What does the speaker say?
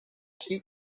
qui